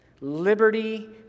liberty